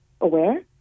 aware